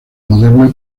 moderna